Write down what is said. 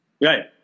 Right